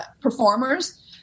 performers